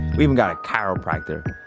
we even got a chiropractor,